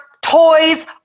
toys